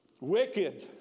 wicked